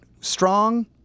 strong